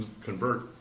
convert